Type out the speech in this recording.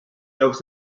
llocs